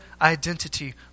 identity